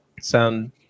sound